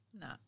No